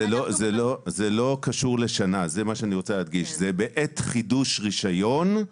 זה לא קשור לשנה, זה בעת חידוש רישיון,